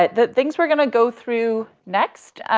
the things we're going to go through next,